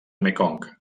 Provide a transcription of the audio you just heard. mekong